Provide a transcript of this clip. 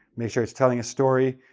make sure it's telling a story,